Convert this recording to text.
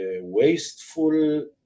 wasteful